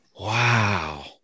wow